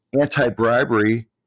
anti-bribery